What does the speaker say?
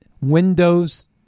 Windows